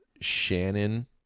Shannon